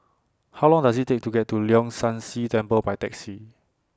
How Long Does IT Take to get to Leong San See Temple By Taxi